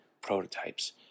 prototypes